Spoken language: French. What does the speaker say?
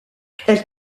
elle